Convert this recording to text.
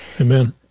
Amen